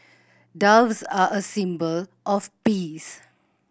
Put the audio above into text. doves are a symbol of peace